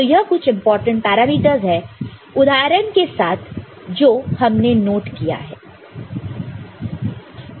तो यह कुछ इंपॉर्टेंट पैरामीटर्स है उदाहरण के साथ जो हमने नोट किया है